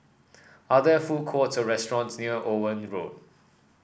are there food courts or restaurants near Owen Road